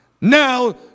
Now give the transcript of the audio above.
now